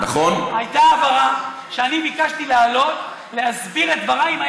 הייתה הבהרה שאני ביקשתי לעלות להסביר את דבריי,